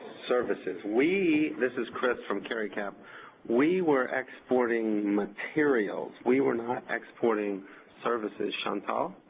services we this is chris from caricap we were exporting materials, we were not exporting services. chantal?